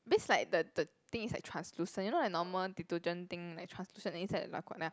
means like the the thing is like translucent you know like normal detergent thing like translucent then inside